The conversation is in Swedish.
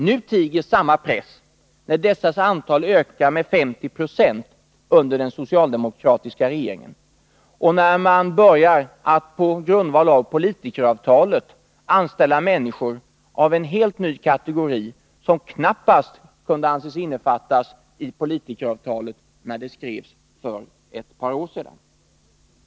Nu tiger samma press när dessas antal ökar med 50 90 under den socialdemokratiska regeringen och när man börjar, på grundval av politikeravtalet, att anställa människor av en helt ny kategori som knappast kunde anses innefattas av politikeravtalet då det skrevs för ett par år sedan.